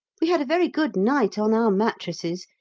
we had a very good night on our mattresses,